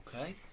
Okay